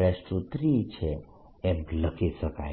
rr r3 છે એમ લખી શકાય છે